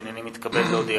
הנני מתכבד להודיעכם,